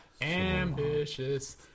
ambitious